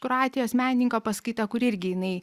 kroatijos menininko paskaita kur irgi jinai